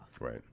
Right